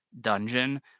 dungeon